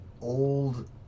old